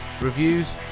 reviews